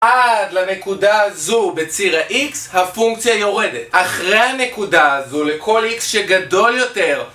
עד לנקודה הזו בציר ה-X הפונקציה יורדת אחרי הנקודה הזו לכל X שגדול יותר